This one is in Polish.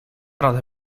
radę